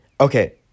Okay